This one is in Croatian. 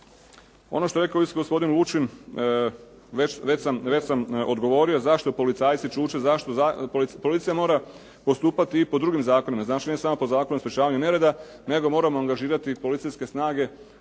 Ono što je rekao isto gospodin Lučin već sam odgovorio zašto policajci čuče. Policija mora postupati i po drugim zakonima, znači ne samo po Zakonu o sprječavanju nereda, nego moramo angažirati i policijske snage